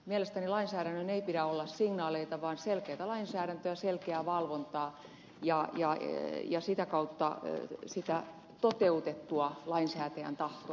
mielestäni lainsäädännön ei pidä olla signaaleita vaan selkeätä lainsäädäntöä selkeää valvontaa ja sitä kautta toteutettua lainsäätäjän tahtoa